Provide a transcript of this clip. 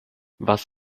was